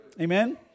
Amen